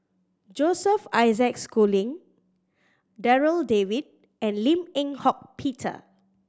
Joseph Isaac Schooling Darryl David and Lim Eng Hock Peter